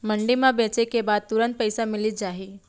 मंडी म बेचे के बाद तुरंत पइसा मिलिस जाही?